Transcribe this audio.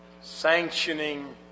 sanctioning